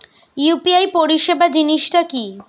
UPI পরিসেবা জিনিসটা কি?